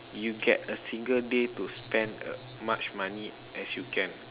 you get a single day to spent a much money as you can